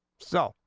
so.